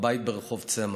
בבית ברחוב צמח.